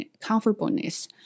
comfortableness